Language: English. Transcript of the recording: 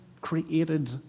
created